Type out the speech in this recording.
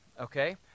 okay